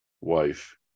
wife